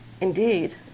Indeed